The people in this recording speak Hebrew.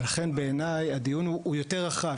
ולכן בעיניי הדיון הוא הוא יותר רחב,